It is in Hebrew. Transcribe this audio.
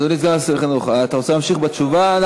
אדוני סגן שר החינוך, אתה רוצה להמשיך בתשובה?